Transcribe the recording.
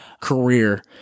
career